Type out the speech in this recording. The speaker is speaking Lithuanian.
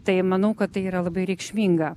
tai manau kad tai yra labai reikšminga